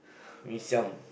Mee-Siam